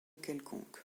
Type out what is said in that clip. quelconque